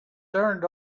turned